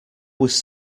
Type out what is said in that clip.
was